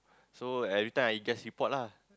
so every time I just report lah